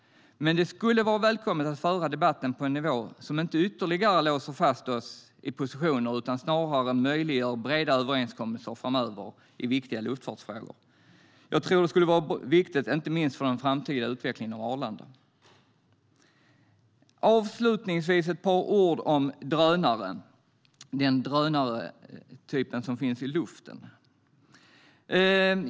Men det skulle vara välkommet att föra debatten på en nivå som inte ytterligare låser fast oss i positioner utan snarare möjliggör breda överenskommelser framöver i viktiga luftfartsfrågor. Jag tror att det är viktigt, inte minst för den framtida utvecklingen av Arlanda. Avslutningsvis ska jag säga några ord om drönare, den drönartyp som finns i luften.